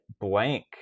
blank